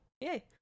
yay